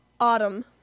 autumn